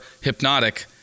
hypnotic